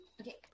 Okay